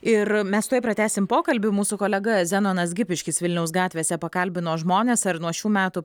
ir mes tuoj pratęsim pokalbį mūsų kolega zenonas gipiškis vilniaus gatvėse pakalbino žmones ar nuo šių metų